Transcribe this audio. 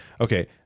Okay